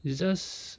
it's just